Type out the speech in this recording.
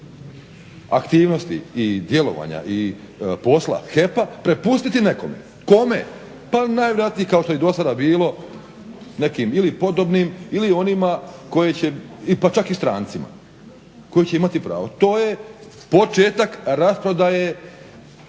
aktivnosti i djelovanja i posla HEP-a prepustiti nekome. Kome? Pa najvjerojatnije kao što je i dosada bilo nekim ili podobnim ili onima koje će pa čak i strancima koji će imati pravo. To je početak rasprodaje